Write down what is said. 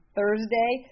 Thursday